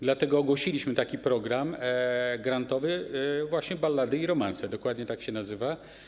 Dlatego ogłosiliśmy program grantowy właśnie ˝Ballady i romanse˝, dokładnie tak się nazywa.